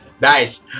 Nice